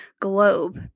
globe